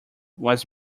was